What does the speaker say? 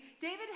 David